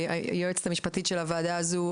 שהיא היועצת המשפטית של הוועדה הזו,